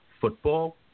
Football